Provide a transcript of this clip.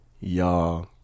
Y'all